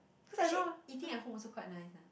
actually eating at home also quite nice eh